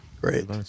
Great